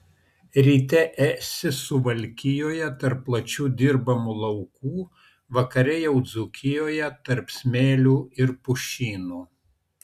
ryte esi suvalkijoje tarp plačių dirbamų laukų vakare jau dzūkijoje tarp smėlių ir pušynų